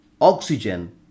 Oxygen